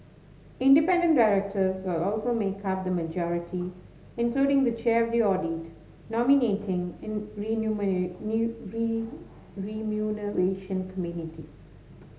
independent directors will also make up the majority including the chair of the audit nominating and remuneration communities